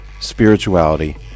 spirituality